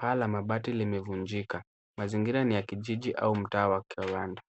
Paa la mabati limevunjika. Mazingira ni ya kijiji au mtaa wa kiwanda.